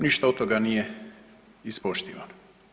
Ništa od toga nije ispoštivano.